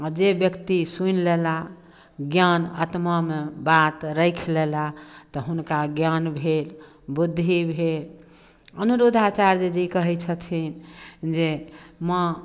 आ जे व्यक्ति सुनि लेला ज्ञान आत्मामे बात राखि लेला तऽ हुनका ज्ञान भेल बुद्धि भेल अनिरुद्धाचार्यजी कहै छथिन जे माँ